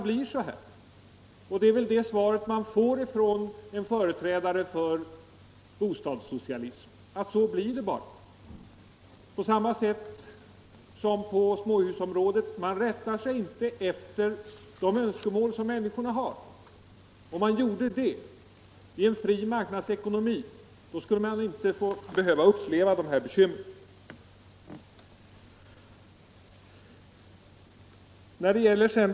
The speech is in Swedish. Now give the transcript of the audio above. Det är väl detta svar som man får från en företrädare för bostadssocialismen. På samma sätt som när det gäller småhusen rättar man sig inte efter de önskemål som människorna har. Om man gjorde det i en fri marknadsekonomi, skulle vi inte behöva uppleva dessa bekymmer.